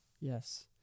Yes